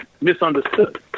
misunderstood